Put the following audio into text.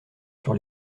sur